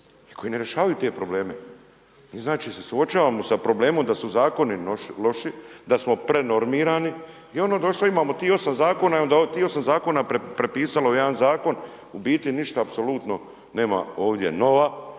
i koji ne rješavaju te probleme. Mi znači se suočavamo sa problemom da su zakoni loši, da smo prenormirani i onda je došlo imamo tih 8 zakona i onda tih 8 zakona prepisalo jedan zakon, u biti ništa apsolutno nema ovdje nova,